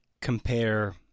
compare